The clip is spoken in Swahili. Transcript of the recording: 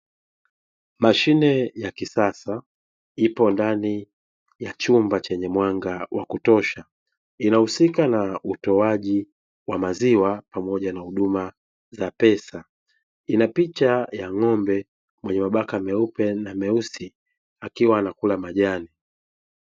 Mashine ya kisasa ipo ndani ya chumba chenye mwanga wa kutosha, inahusika na utoaji wa maziwa pamoja na huduma za pesa, ina picha ya ng'ombe mwenye mabaka meupe na meusi akiwa anakula majani.